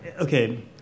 okay